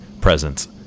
presence